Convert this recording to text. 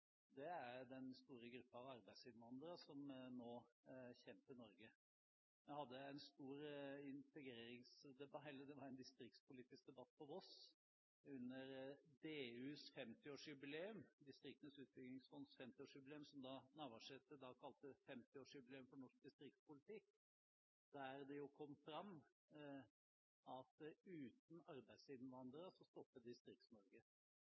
er den store gruppen av arbeidsinnvandrere som nå kommer til Norge. Det var en distriktspolitisk debatt på Voss under Distriktenes utbyggingsfonds 50-årsjubileum, som Navarsete kalte 50-årsjubileum for norsk distriktspolitikk, der det kom fram at uten